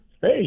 Hey